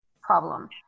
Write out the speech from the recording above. problem